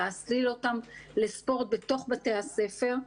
להסליל אותן לספורט בתוך בתי הספר,